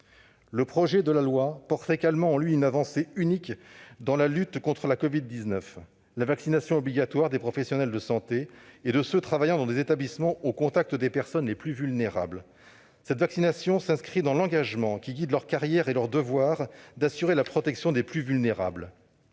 Le projet de loi porte également en lui une avancée unique dans la lutte contre la covid-19 : la vaccination obligatoire des professionnels de santé et de ceux qui travaillent dans des établissements au contact des personnes les plus vulnérables. Cette vaccination s'inscrit dans l'engagement qui guide leur carrière et leur devoir d'assurer la protection des plus vulnérables.